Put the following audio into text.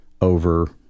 over